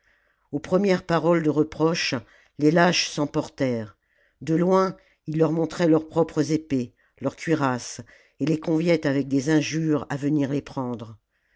aux premières paroles de reproche les lâches s'emportèrent de loin ils leur montraient leurs propres épées leurs cuirasses et les conviaient avec des injures à venir les prendre